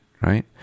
right